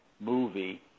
movie